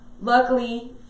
Luckily